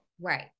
Right